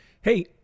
Hey